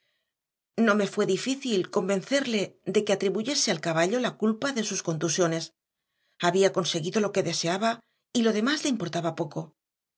no me fue difícil convencerle de que atribuyese al caballo la culpa de sus contusiones había conseguido lo que deseaba y lo demás le importaba poco